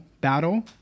battle